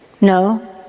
No